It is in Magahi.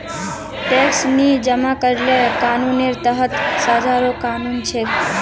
टैक्स नी जमा करले कानूनेर तहत सजारो कानून छेक